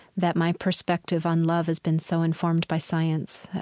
that my perspective on love has been so informed by science,